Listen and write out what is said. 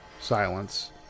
silence